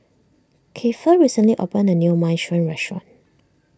Keifer recently opened a new Minestrone restaurant